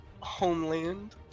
homeland